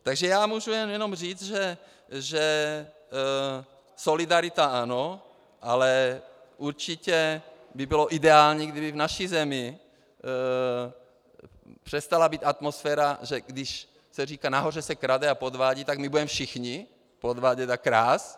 Takže já můžu jenom říct, že solidarita ano, ale určitě by bylo ideální, kdyby v naší zemi přestala být atmosféra, kdy se říká: Když nahoře se krade a podvádí, tak my budeme všichni podvádět a krást.